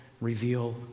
reveal